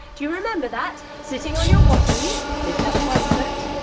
do you remember that? sitting on your bottoms, lift up one foot,